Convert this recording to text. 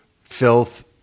filth